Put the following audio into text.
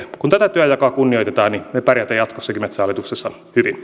kun tätä työnjakoa kunnioitetaan niin me pärjäämme jatkossakin metsähallituksessa hyvin